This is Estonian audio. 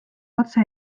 otse